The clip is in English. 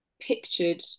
pictured